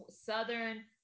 southern